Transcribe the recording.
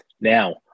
Now